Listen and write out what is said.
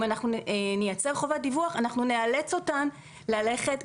אם אנחנו נייצר חובת דיווח אנחנו נאלץ אותן ללכת למשטרה,